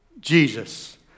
Jesus